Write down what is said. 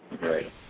Right